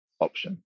option